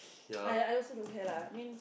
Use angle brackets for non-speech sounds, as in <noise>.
<noise> aiya I also don't care lah I mean